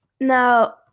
Now